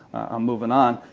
i'm moving on,